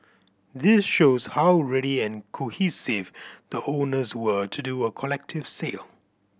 this shows how ready and cohesive the owners were to do a collective sale